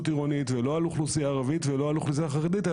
עירונית ולא על אוכלוסייה ערבית ולא על האוכלוסייה החרדית,